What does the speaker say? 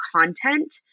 content